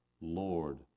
Lord